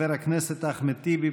חבר הכנסת אחמד טיבי,